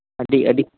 ᱟᱹᱰᱤ ᱟᱹᱰᱤ